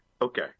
Okay